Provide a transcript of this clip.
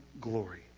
glory